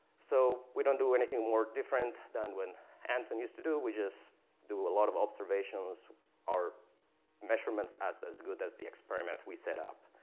so, we don't do anything more different than when anten used to do, we just do a lot of observations or measurements as as good as the experiment we set out.